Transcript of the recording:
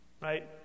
Right